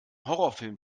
horrorfilm